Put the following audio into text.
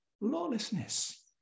lawlessness